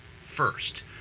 first